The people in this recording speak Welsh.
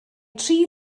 tri